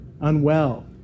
unwell